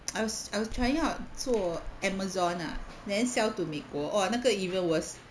I was I was trying out 做 Amazon ah then sell to 美国 !whoa! 那个 even worse